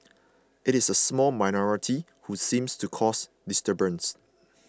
it is a small minority who seems to cause disturbance